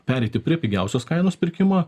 pereiti prie pigiausios kainos pirkimą